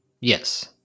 Yes